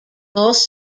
most